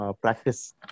practice